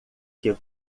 que